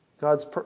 God's